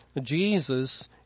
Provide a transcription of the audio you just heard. Jesus